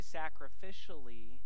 sacrificially